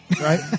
Right